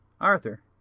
Arthur